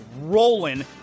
rolling